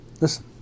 listen